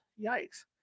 Yikes